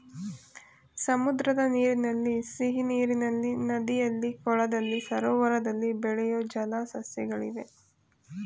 ಸಮುದ್ರದ ನೀರಿನಲ್ಲಿ, ಸಿಹಿನೀರಿನಲ್ಲಿ, ನದಿಯಲ್ಲಿ, ಕೊಳದಲ್ಲಿ, ಸರೋವರದಲ್ಲಿ ಬೆಳೆಯೂ ಜಲ ಸಸ್ಯಗಳಿವೆ